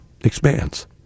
expands